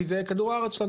כי זה כדור הארץ שלנו.